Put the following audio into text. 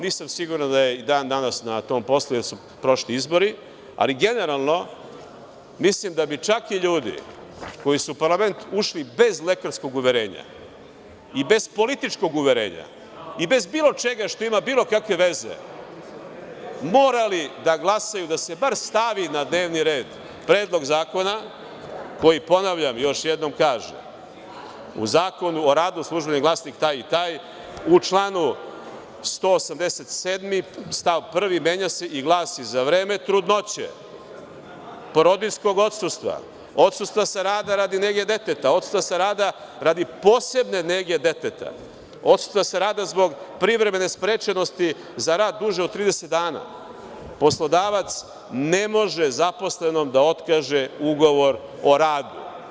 Nisam siguran da je ona i dan danas na tom poslu jer su prošli izbori, ali generalno, mislim da bi čak i ljudi koji su u parlament ušli bez lekarskog uverenja i bez političkog uverenja i bez bilo čega što ima bilo kakve veze, morali da glasaju da se bar stavi na dnevni red predlog zakona koji, ponavljam još jednom, kaže - U Zakonu o radu“, „Službeni glasnik“ taj i taj, u članu 187. stav 1. menja se i glasi: „Za vreme trudnoće, porodiljskog odsustva, odsustva sa rada radi nege deteta, odsustva sa rada radi posebne nege deteta, odsustva sa rada zbog privremene sprečenosti za rad duže od 30 dana, poslodavac ne može zaposlenom da otkaže ugovor o radu“